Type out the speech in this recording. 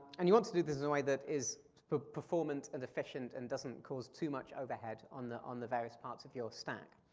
and you want to do this in a way that is performant and efficient and doesn't cause too much overhead on the on the various parts of your stack.